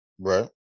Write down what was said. Right